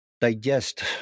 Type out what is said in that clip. digest